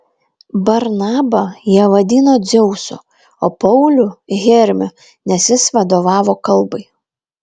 barnabą jie vadino dzeusu o paulių hermiu nes jis vadovavo kalbai